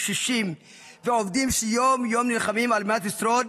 בקשישים ובעובדים שיום-יום נלחמים על מנת לשרוד